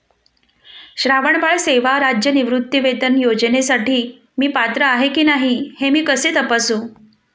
श्रावणबाळ सेवा राज्य निवृत्तीवेतन योजनेसाठी मी पात्र आहे की नाही हे मी कसे तपासू?